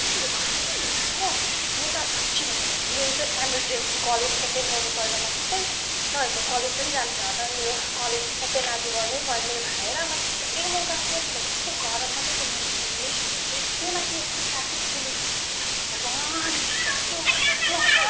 मान्छेहरू कसरी हिँड्छ हौ म त साँच्चै भनेको मेरो त इमर्जेन्सी कलेज एटेन्ड गर्नु परेर मात्रै नभए म कलेज पनि जान्थेन तर मेरो कलेज एटेन्ड आज गर्नै पर्ने भएर मात्रै म गएको नभए यस्तो गरममा त निक्लिने छुइनँ त्यही माथि यस्तो ट्राफिक सिल भगवान् यस्तो